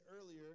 earlier